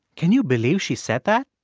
can you believe she said that?